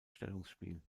stellungsspiel